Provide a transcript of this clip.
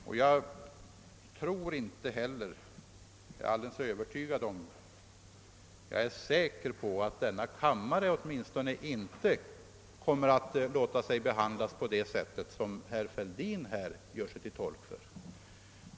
Och jag är säker på att åtminstone denna kammare inte låter sig behandlas på detta sätt, herr Fälldin.